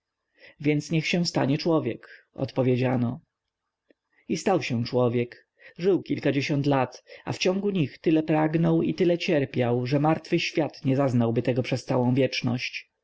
więc niech się stanie człowiek odpowiedziano i stał się człowiek żył kilkadziesiąt lat a w ciągu nich tyle pragnął i tyle cierpiał że martwy świat nie zaznałby tego przez całą wieczność